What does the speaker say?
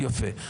יפה.